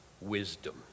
wisdom